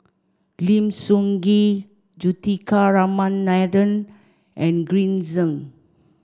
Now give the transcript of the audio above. Lim Sun Gee Juthika Ramanathan and Green Zeng